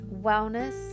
wellness